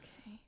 Okay